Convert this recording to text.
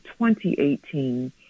2018